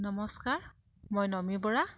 নমস্কাৰ মই নমী বৰা